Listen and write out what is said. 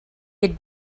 had